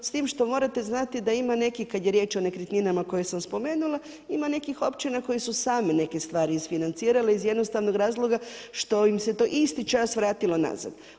S tim što morate znati da ima nekih kad je riječ o nekretninama koje sam spomenula ima nekih općina koje su same neke stvari isfinancirale iz jednostavnog razloga što im se to isti čas vratilo nazad.